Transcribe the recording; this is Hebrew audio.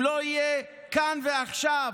אם לא יהיה כאן ועכשיו,